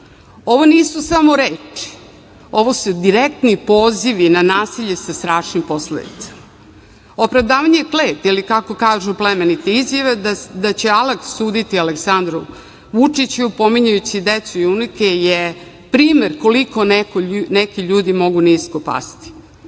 Ovo nisu samo reči, ovo su direktni pozivi na nasilje sa strašnim posledicama, opravdavanje kletve ili, kako kažu, plemenite izjave da će Alah suditi Aleksandru Vučiću, pominjući decu i unuke, primer je koliko neki ljudi mogu nisko pasti. Ovde